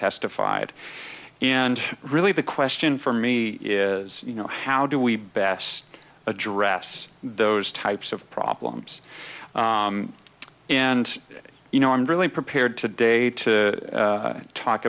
testified and really the question for me is you know how do we best address those types of problems and you know i'm really prepared today to talk